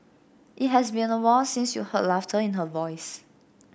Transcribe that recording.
it has been awhile since you heard laughter in her voice